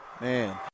Man